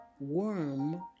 worm